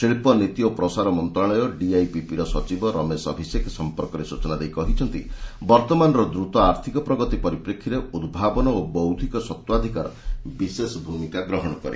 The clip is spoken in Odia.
ଶିଳ୍ପନୀତି ଓ ପ୍ରସାର ମନ୍ତ୍ରଶାଳୟ ଡିଆଇପିପିର ସଚିବ ରମେଶ ଅଭିଷେକ ଏ ସଂପର୍କରେ ସୂଚନା ଦେଇ କହିଛନ୍ତି ବର୍ତ୍ତମାନର ଦ୍ରତ ଆର୍ଥିକ ପ୍ରଗତି ପରିପ୍ରେକ୍ଷୀରେ ଉଭାବନ ଏବଂ ବୌଦ୍ଧିକ ସତ୍ତ୍ୱାଧିକାର ବିଶେଷ ଭୂମିକା ଗ୍ରହଣ କରେ